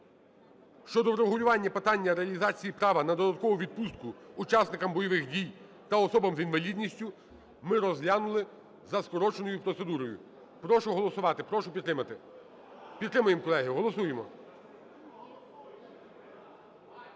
щодо врегулювання питання реалізації права на додаткову відпустку учасникам бойових дій та особам з інвалідністю ми розглянули за скороченою процедурою. Прошу голосувати, прошу підтримати. Підтримуємо, колеги, голосуємо.